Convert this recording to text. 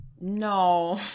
No